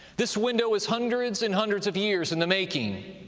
this window is hundreds and hundreds of years in the making.